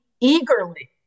eagerly